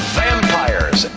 vampires